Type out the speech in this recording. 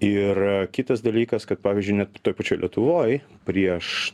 ir kitas dalykas kad pavyzdžiui net toj pačioj lietuvoj prieš